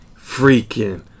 freaking